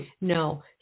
No